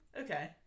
Okay